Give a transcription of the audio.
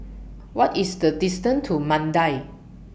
What IS The distance to Mandai